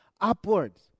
upwards